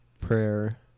prayer